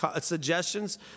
suggestions